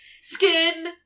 skin